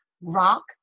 rock